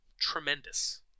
Tremendous